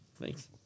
Thanks